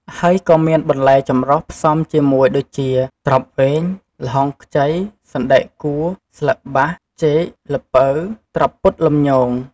ហើយក៏មានបន្លែចម្រុះផ្សំជាមួយដូចជា ត្រប់វែង ល្ហុងខ្ចី សណ្ដែកកួរ ស្លឹកបាស ចេក ល្ពៅ ត្រប់ពុតលំញង។